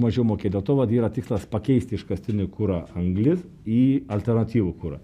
mažiau mokėt dėl to vat yra tikslas pakeisti iškastinį kurą anglis į alternatyvų kurą